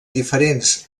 diferents